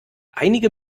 einige